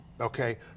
Okay